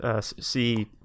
see